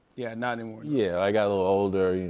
yeah, not anymore. yeah, i got a little older.